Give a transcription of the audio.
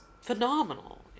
phenomenal